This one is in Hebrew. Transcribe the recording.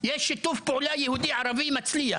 יש שיתוף פעולה יהודי ערבי מצליח.